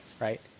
right